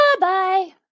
bye